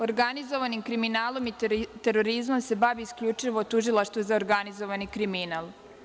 Organizovanim kriminalom i terorizmom se bavi isključivo Tužilaštvo za organizovani kriminal.